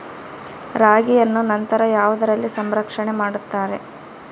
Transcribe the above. ರಾಗಿಯನ್ನು ನಂತರ ಯಾವುದರಲ್ಲಿ ಸಂರಕ್ಷಣೆ ಮಾಡುತ್ತಾರೆ?